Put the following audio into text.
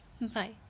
Bye